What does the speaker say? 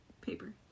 paper